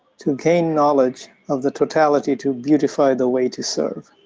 to gain knowledge of the totality to beautify the way to serve.